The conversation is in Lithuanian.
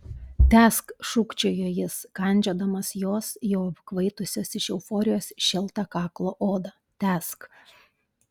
tęsk šūkčiojo jis kandžiodamas jos jau apkvaitusios iš euforijos šiltą kaklo odą tęsk